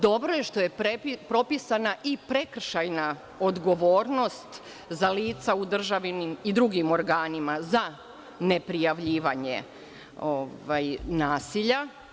Dobro je što je propisana i prekršajna odgovornost za lica u državinim i drugim organima za neprijavljivanje nasilja.